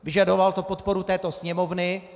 Vyžadovalo to podporu této Sněmovny.